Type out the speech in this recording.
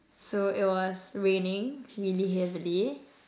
so it was raining really heavily